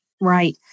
Right